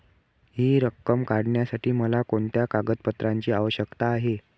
हि रक्कम काढण्यासाठी मला कोणत्या कागदपत्रांची आवश्यकता आहे?